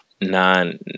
nine